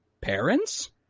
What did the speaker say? parents